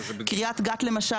קריית גת למשל,